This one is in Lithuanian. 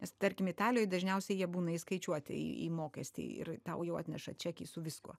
nes tarkim italijoj dažniausiai jie būna įskaičiuoti į mokestį ir tau jau atneša čekį su viskuo